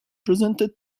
presented